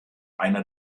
einer